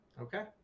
Okay